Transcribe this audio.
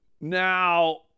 Now